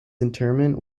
interment